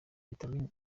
vitamine